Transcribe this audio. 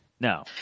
No